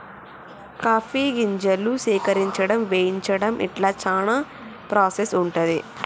coffee గింజలు సేకరించడం వేయించడం ఇట్లా చానా ప్రాసెస్ ఉంటది